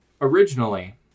originally